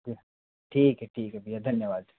जी ठीक है ठीक है भैया धन्यवाद